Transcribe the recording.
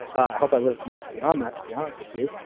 i hope i live much beyond that to be honest with you.